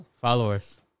followers